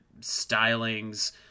stylings